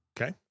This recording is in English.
Okay